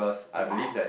okay